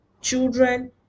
children